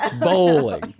Bowling